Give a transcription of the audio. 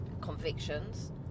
convictions